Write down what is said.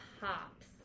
pops